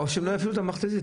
אחרת הם לא יביאו את המכתזית.